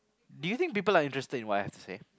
do you think people are interested in what I have to say